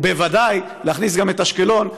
ובוודאי להכניס גם את אשקלון,